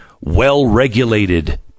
well-regulated